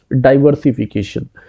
Diversification